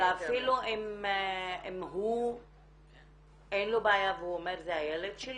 ואפילו אם הוא אין לו בעיה והוא אומר "זה הילד שלי"?